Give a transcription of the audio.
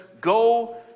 go